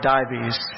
Dives